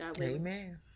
Amen